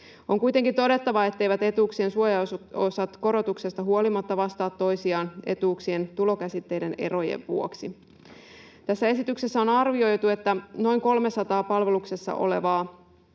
On kuitenkin todettava, etteivät etuuksien suojausosat korotuksesta huolimatta vastaa toisiaan etuuksien tulokäsitteiden erojen vuoksi. Tässä esityksessä on arvioitu, että noin 300 palveluksessa olevaa